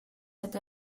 это